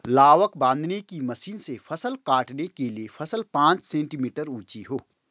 लावक बांधने की मशीन से फसल काटने के लिए फसल पांच सेंटीमीटर ऊंची हो